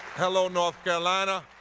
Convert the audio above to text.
hello, north carolina.